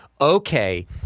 Okay